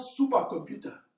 supercomputer